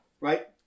right